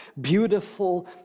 beautiful